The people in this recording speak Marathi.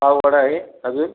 पाववडा आहे अजून